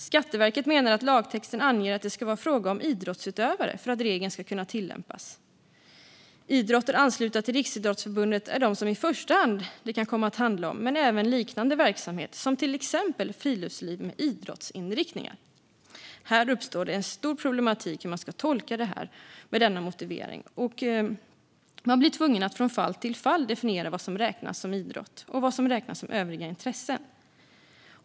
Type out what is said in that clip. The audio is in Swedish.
Skatteverket menar att lagtexten anger att det ska vara fråga om "idrottsutövare" för att regeln ska kunna tillämpas. Idrotter anslutna till Riksidrottsförbundet är de som det i första hand kan komma att handla om, men även liknande verksamheter som exempelvis friluftsliv med idrottsinriktningar. Här uppstår en stor problematik hur man ska tolka denna motivering. Man blir tvungen att från fall till fall definiera vad som räknas som idrott och vad som räknas som övriga intressen.